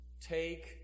Take